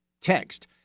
text